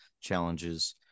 challenges